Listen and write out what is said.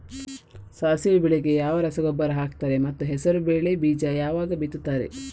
ಸಾಸಿವೆ ಬೆಳೆಗೆ ಯಾವ ರಸಗೊಬ್ಬರ ಹಾಕ್ತಾರೆ ಮತ್ತು ಹೆಸರುಬೇಳೆ ಬೀಜ ಯಾವಾಗ ಬಿತ್ತುತ್ತಾರೆ?